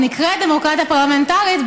היא נקראת דמוקרטיה פרלמנטרית,